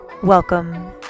welcome